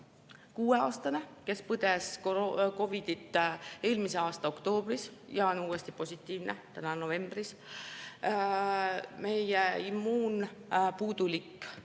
Kuueaastane, kes põdes COVID‑it eelmise aasta oktoobris, on uuesti positiivne täna, novembris. Immuunpuudulik